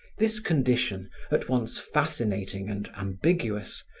this condition, at once fascinating and ambiguous,